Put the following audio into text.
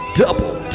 double